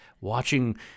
Watching